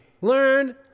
Learn